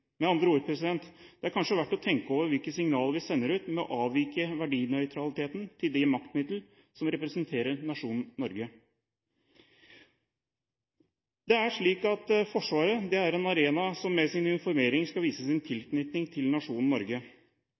Med andre ord, det er kanskje verdt å tenke over hvilke signaler vi sender ut ved å avvike verdinøytraliteten til de maktmiddel som representerer nasjonen Norge. Forsvaret er en arena som med sin uniformering skal vise sin tilknytning til nasjonen Norge.